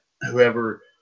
whoever